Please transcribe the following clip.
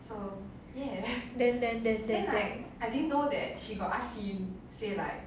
then then then then